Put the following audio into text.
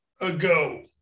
ago